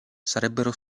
sarebbero